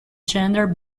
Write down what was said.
gender